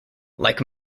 like